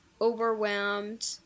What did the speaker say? overwhelmed